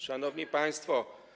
Szanowni Państwo!